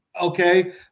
Okay